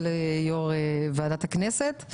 וליו"ר ועדת הכנסת,